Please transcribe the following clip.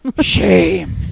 Shame